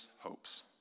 hopes